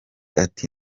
ati